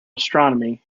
astronomy